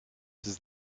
does